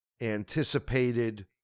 anticipated